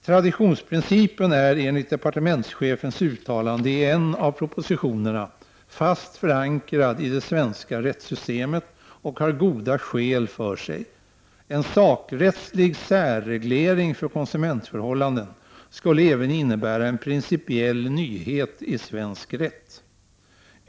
Traditionsprincipen är enligt departementschefens uttalande i en av propositionerna fast förankrad i det svenska rättssystemet och har goda skäl för sig. En sakrättslig särreglering för konsumentförhållanden skulle även innebära en principiell nyhet i svensk rätt.